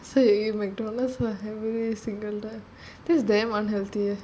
so you eat McDonald's every single day that's damn unhealthy eh